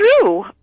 true